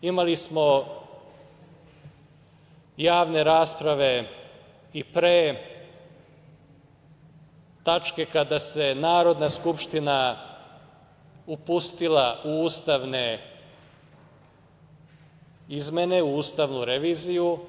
Imali smo javne rasprave i pre tačke kada se Narodna skupština upustila u ustavne izmene, u ustavnu reviziju.